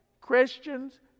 christians